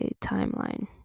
timeline